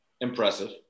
impressive